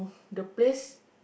the place